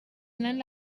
anant